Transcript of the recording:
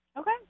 Okay